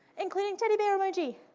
including teddy bear emoji,